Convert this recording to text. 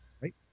Right